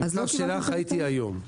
את המכתב שלך ראיתי היום.